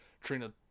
Trina